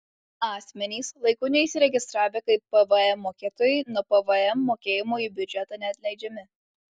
asmenys laiku neįsiregistravę kaip pvm mokėtojai nuo pvm mokėjimo į biudžetą neatleidžiami